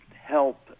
help